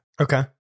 Okay